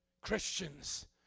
Christians